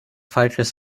falsches